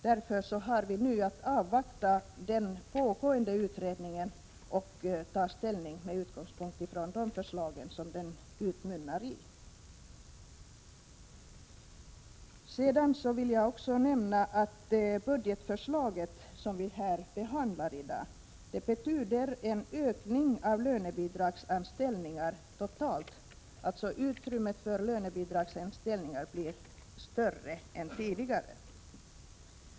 Därför får vi avvakta den pågående utredningen och ta ställning med utgångspunkt i de förslag som denna utredning utmynnar i. Jag vill också nämna att det budgetförslag som vi behandlar i dag innebär en ökning av lönebidragsanställningarna totalt, dvs. utrymmet för lönebidragsanställningar blir större än tidigare.